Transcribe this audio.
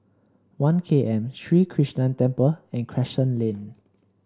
One K M Sri Krishnan Temple and Crescent Lane